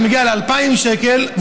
זה מגיע ל-2,000 שקל,